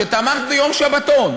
שתמכת ביום שבתון,